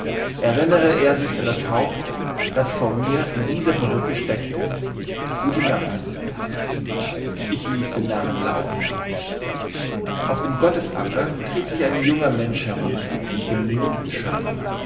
erinnere er sich an das haupt das vor mir in dieser perücke steckte gute nacht ich ließ den narren laufen auf dem gottesacker trieb sich ein junger mensch herum im